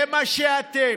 זה מה שאתם.